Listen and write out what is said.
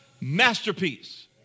masterpiece